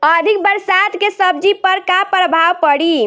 अधिक बरसात के सब्जी पर का प्रभाव पड़ी?